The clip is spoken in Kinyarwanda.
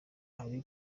ari